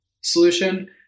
solution